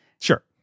Sure